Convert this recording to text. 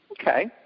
Okay